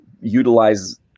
utilize